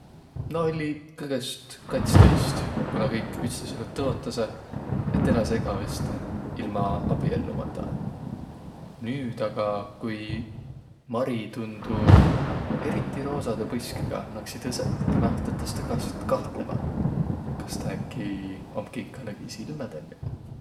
Nä olliq kõgõst katstõist, ku nä kõik ütstõsõlõ tõotasõq, et eläseq egäveste ilma abiellumaldaq. Nüüd aga, kui Mari tundu eriti roosadõ põskiga, naksiq tõõsõq timäh tõtõstõ kas- kahtlõma, kas tä äkki om kinkalõgi silmä tennüq.